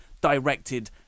directed